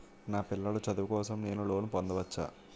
నా పిల్లల చదువు కోసం నేను లోన్ పొందవచ్చా?